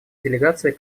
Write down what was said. делегации